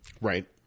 Right